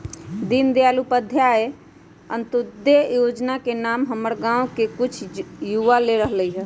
दीनदयाल उपाध्याय अंत्योदय जोजना के नाम हमर गांव के कुछ जुवा ले रहल हइ